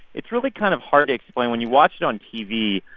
it's really kind of hard to explain. when you watch it on tv,